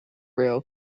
rail